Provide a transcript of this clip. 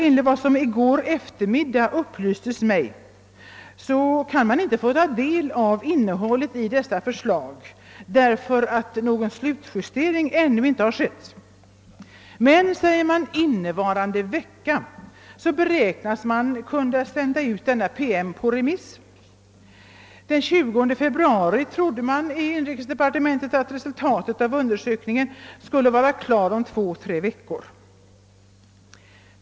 Enligt vad som i går eftermiddag upplystes mig kan man inte få ta del av innehållet i dessa förslag, därför att någon slutjustering ännu inte har skett. Innevarande vecka beräknar man kunna sända ut denna PM på remiss. Den 20 februari trodde man i inrikesdepartementet att resultatet av undersökningen skulle vara klart om två å tre veckor.